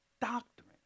doctrine